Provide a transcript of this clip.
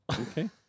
Okay